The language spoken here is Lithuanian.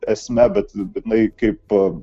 esme bet jinai kaip